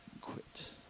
quit